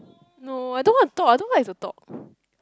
no I don't want to talk I don't know what is the talk